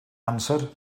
answered